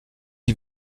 die